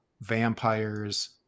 vampires